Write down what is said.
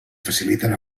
faciliten